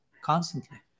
constantly